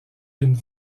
d’une